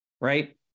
right